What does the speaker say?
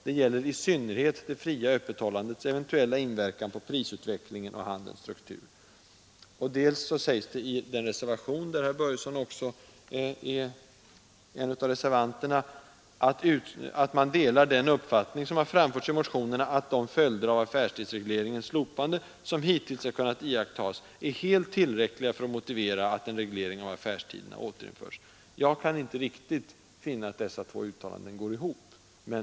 Det gäller i synnerhet det fria öppethållandets eventuella inverkan på prisutvecklingen och handelns struktur.” Dels anför reservanterna, av vilka herr Börjesson är en: Reservanterna ”delar den uppfattning som framförs i motionerna att de följder av affärstidsregleringens slopande som hittills kunnat iakttas är helt tillräckliga för att motivera att en reglering av affärstiderna återinförs”. Jag kan inte riktigt finna att dessa två uttalanden går ihop.